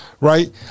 right